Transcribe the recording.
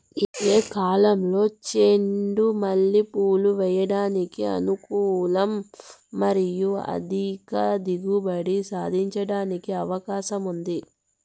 ఏ కాలంలో చెండు మల్లె పూలు వేయడానికి అనుకూలం మరియు అధిక దిగుబడి సాధించడానికి అవకాశం ఉంది?